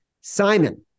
Simon